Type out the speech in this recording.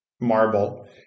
marble